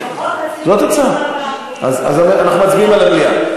אנחנו מצביעים על המליאה.